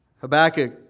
Habakkuk